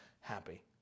happy